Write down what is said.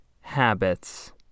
habits